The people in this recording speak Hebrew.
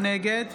נגד